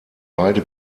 beide